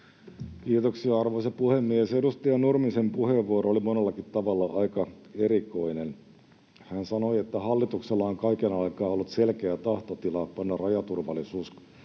Kiitoksia, arvoisa puhemies! Edustaja Nurmisen puheenvuoro oli monellakin tavalla aika erikoinen. Hän sanoi, että hallituksella on kaiken aikaa ollut selkeä tahtotila panna rajaturvallisuus